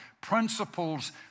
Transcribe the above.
Principles